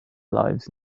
lives